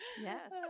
Yes